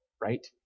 right